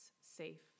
safe